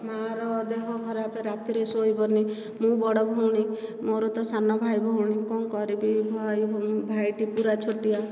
ମାଆ ର ଦେହ ଖରାପ ରାତିରେ ଶୋଇବନି ମୁଁ ବଡ଼ ଭଉଣୀ ମୋର ତ ସାନ ଭାଇ ଭଉଣୀ କଣ କରିବି ଭାଇ ଭାଇଟି ପୁରା ଛୋଟିଆ